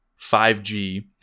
5G